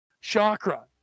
chakra